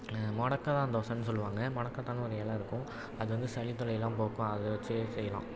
மொடக்கத்தான் தோசைனு சொல்லுவாங்க மொடக்கத்தான்னு ஒரு எலை இருக்கும் அது வந்து சளி தொல்லையெலாம் போக்கும் அதை வச்சு செய்கிறோம்